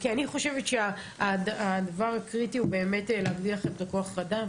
כי אני חושבת שהדבר הקריטי הוא באמת להגדיל את כוח האדם.